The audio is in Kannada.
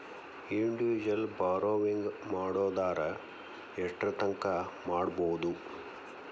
ಇಂಡಿವಿಜುವಲ್ ಬಾರೊವಿಂಗ್ ಮಾಡೊದಾರ ಯೆಷ್ಟರ್ತಂಕಾ ಮಾಡ್ಬೋದು?